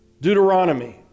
Deuteronomy